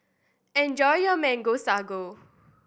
enjoy your Mango Sago